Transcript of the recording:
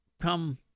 Come